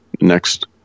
Next